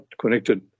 connected